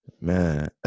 Man